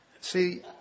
See